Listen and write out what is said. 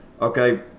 okay